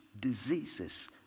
diseases